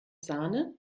sahne